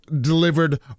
delivered